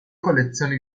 collezioni